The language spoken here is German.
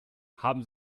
haben